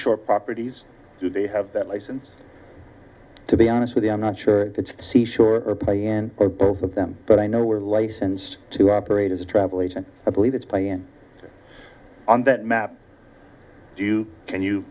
seashore properties do they have that license to be honest with you i'm not sure it's the seashore or play end or both of them but i know we're licensed to operate as a travel agent i believe it's playing on that map do you can you